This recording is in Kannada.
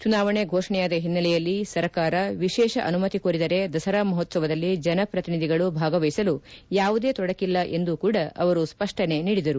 ಚುನಾವಣೆ ಘೋಷಣೆಯಾದ ಹಿನ್ನೆಲೆಯಲ್ಲಿ ಸರ್ಕಾರ ವಿಶೇಷ ಅನುಮತಿ ಕೋರಿದರೆ ದಸರಾ ಮಹೋತ್ತವದಲ್ಲಿ ಜನಪ್ರತಿನಿಧಿಗಳು ಭಾಗವಹಿಸಲು ಯಾವುದೇ ತೊಡಕಿಲ್ಲ ಎಂದು ಕೂಡ ಅವರು ಸ್ವಷ್ಷನೆ ನೀಡಿದರು